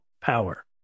power